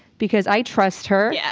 because i trust her yeah